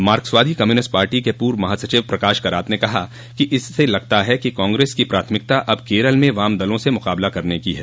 मार्क्सवादी communist party के पूर्व महासचिव प्रकाश करात ने कहा कि इससे लगता है कि कांग्रेस की प्राथमिकता अब केरल में वाम दलों से मुकाबला करने की है